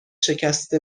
شکست